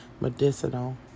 medicinal